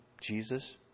Jesus